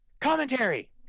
commentary